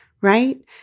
right